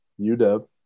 UW